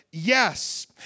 Yes